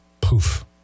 Poof